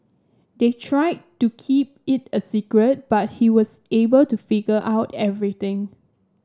they tried to keep it a secret but he was able to figure out everything